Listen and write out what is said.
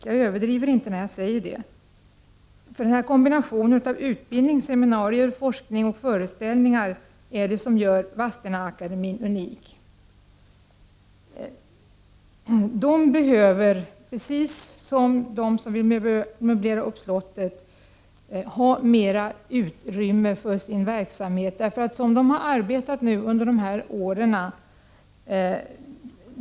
Jag överdriver inte när jag säger att verksamheten är unik. Kombinationen av utbildning, seminarier, forskning och föreställningar gör Vadstena-Akademien unik. De som arbetar med denna verksamhet behöver mera utrymme. Det går inte att arbeta i längden, så som de har gjort under de här åren.